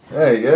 hey